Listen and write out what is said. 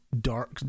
dark